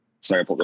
sorry